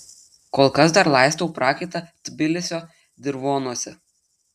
kol kas dar laistau prakaitą tbilisio dirvonuose